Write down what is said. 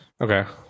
okay